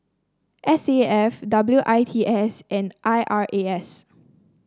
S A F W I T S and I R A S